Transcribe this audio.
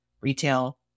retail